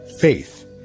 faith